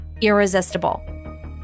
irresistible